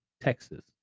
Texas